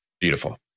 Beautiful